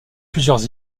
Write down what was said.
plusieurs